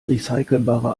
recycelbarer